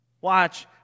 Watch